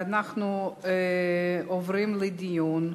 אנחנו עוברים לדיון.